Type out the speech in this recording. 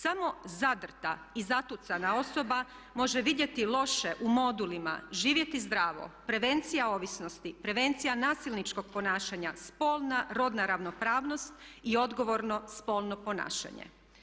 Samo zadrta i zatucana osoba može vidjeti loše u modulima, živjeti zdravo, prevencija ovisnosti, prevencija nasilničkog ponašanja, spolna rodna ravnopravnost i odgovorno spolno ponašanje.